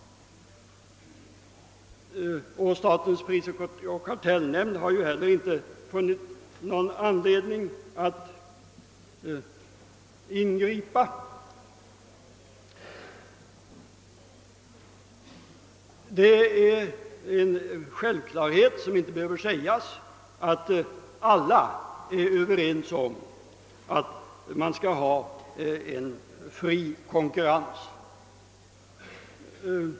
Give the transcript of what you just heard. Statens prisoch kartellnämnd har inte heller funnit anledning att ingripa. Det är en självklarhet som inte behöver påpekas, att alla är överens om att man skall ha en fri konkurrens.